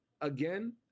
again